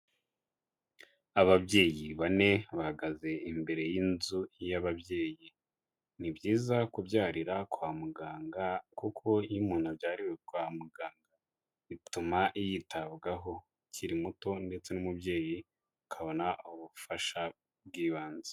Ababyeyi bane bahagaze imbere y'inzu y'ababyeyi, ni byiza kubyarira kwa muganga kuko iyo umuntu abyariwe kwa muganga bituma yitabwaho akiri muto ndetse n'umubyeyi akabona ubufasha bw'ibanze.